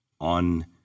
on